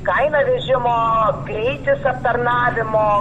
kaina vežimo greitis aptarnavimo